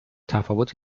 تفاوت